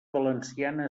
valenciana